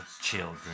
children